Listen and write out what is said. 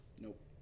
Nope